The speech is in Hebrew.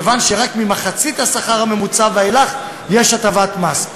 מכיוון שרק ממחצית השכר הממוצע ואילך יש הטבת מס.